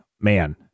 man